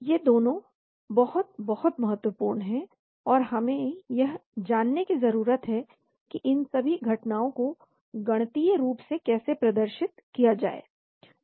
तो दोनों बहुत बहुत महत्वपूर्ण हैं और हमें यह जानने की जरूरत है कि इन सभी घटनाओं को गणितीय रूप से कैसे प्रदर्शित किया जाए